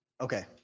okay